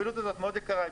הפעילות הזאת מאוד יקרה,